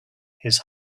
his